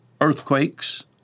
earthquakes